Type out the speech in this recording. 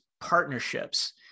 partnerships